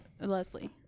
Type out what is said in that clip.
Leslie